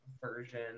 version